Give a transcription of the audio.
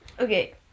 Okay